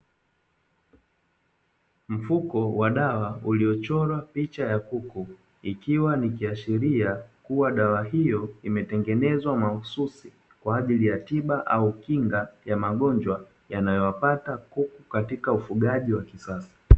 Mfuko wa dawa uliochorwa picha ya kuku ikiwa ni kiashiria kuwa dawa hiyo imetengenezwa mahususi, kwa ajili ya tiba au kinga ya magonjwa yanayowapata kuku katika ufugaji wa kisasa.